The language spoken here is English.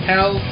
Hell